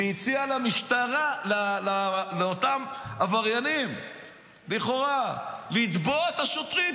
והציע לאותם עבריינים לכאורה לתבוע את השוטרים,